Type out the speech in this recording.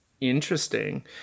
Interesting